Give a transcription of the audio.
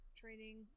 training